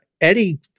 Eddie